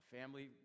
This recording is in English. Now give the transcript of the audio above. family